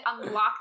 unlock